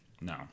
No